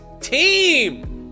team